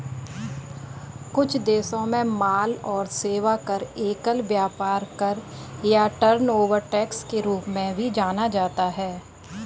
कुछ देशों में माल और सेवा कर, एकल व्यापार कर या टर्नओवर टैक्स के रूप में भी जाना जाता है